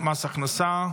העירוניים ברשויות המקומיות (הוראת שעה)